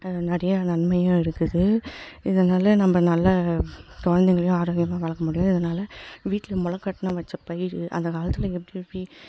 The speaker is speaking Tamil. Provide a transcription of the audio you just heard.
நிறைய நன்மையும் இருக்குது இதனால் நம்ம நல்ல குழந்தைங்களையும் ஆரோக்யமாக வளர்க்க முடியும் இதனால் வீட்டில் முளைக்கட்டுன வச்ச பயிறு அந்த காலத்தில் எப்படி எப்படி